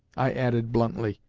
i added bluntly,